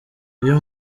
iyo